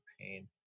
pain